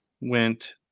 went